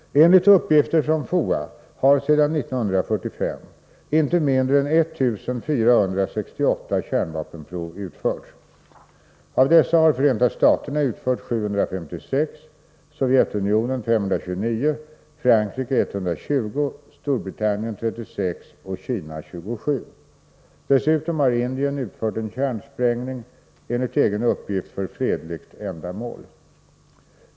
Enligt uppgifter från FOA har sedan 1945 inte mindre än 1 468 kärnvapenprov utförts. Av dessa har Förenta staterna utfört 756, Sovjetunionen 529, Frankrike 120, Storbritannien 36 och Kina 27. Dessutom har Indien utfört en kärnsprängning, enligt egen uppgift för fredligt ändamål.